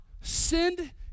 send